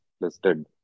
listed